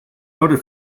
noted